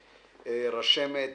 רשמת,